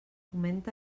fomenta